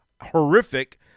horrific